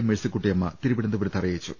may ഴ്സിക്കുട്ടിയമ്മ തിരുവനന്തപുരത്ത് അറിയിച്ചു